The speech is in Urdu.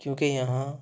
کیونکہ یہاں